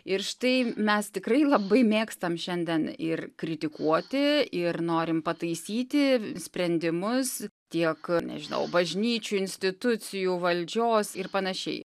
ir štai mes tikrai labai mėgstam šiandien ir kritikuoti ir norim pataisyti sprendimus tiek nežinau bažnyčių institucijų valdžios ir panašiai